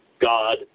God